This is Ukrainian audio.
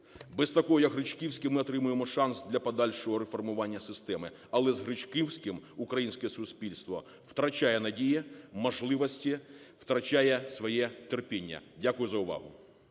Без такого, як Гречківський, ми отримаємо шанс для подальшого реформування системи. Але з Гречківським українське суспільство втрачає надії, можливості, втрачає своє терпіння. Дякую за увагу.